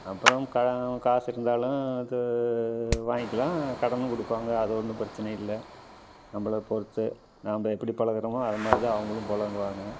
அப்புறம் கா காசு இருந்தாலும் அது வாங்கிக்கலாம் கடனும் கொடுப்பாங்க அது ஒன்றும் பிரச்சின இல்லை நம்மள பொறுத்து நாம் எப்படி பழகிறோமோ அதை மாதிரி தான் அவங்களும் பழகுவாங்க